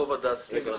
יעקב הדס --- רגע.